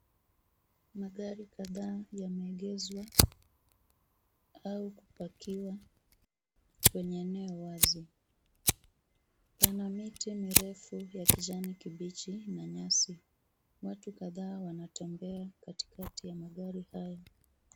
Magari kadhaa yameegezwa au kupakiwa kwenye eneo la wazi. Pana miti mirefu ya kijani kibichi na nyasi. Watu kadhaa wanatembea katikati ya magari hayo.